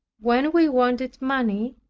when we wanted money,